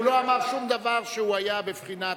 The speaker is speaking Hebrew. הוא לא אמר שום דבר שהוא היה בבחינת,